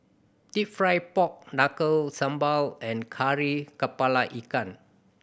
Deep Fried Pork Knuckle sambal and Kari Kepala Ikan